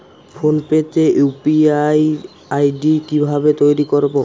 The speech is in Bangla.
ফোন পে তে ইউ.পি.আই আই.ডি কি ভাবে তৈরি করবো?